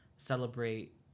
Celebrate